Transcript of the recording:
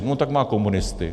No tak má komunisty.